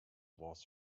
was